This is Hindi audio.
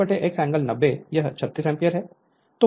तो V X एंगल 90 यह 36 एम्पीयर है